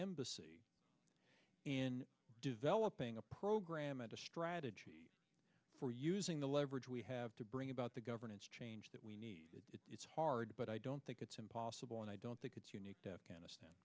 embassy in developing a program and a strategy for using the leverage we have to bring about the governance change that we need it's hard but i don't think it's impossible and i don't think it's unique to afghanistan